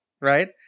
right